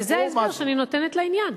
וזה ההסבר שאני נותנת לעניין.